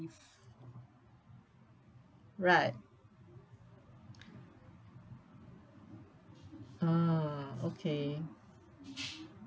right ah okay